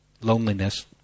loneliness